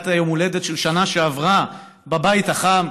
בחגיגת היום הולדת של השנה שעברה בבית החם